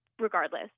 regardless